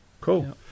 Cool